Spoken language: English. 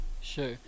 Sure